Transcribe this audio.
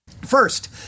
First